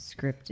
scripted